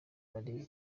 barebe